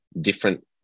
different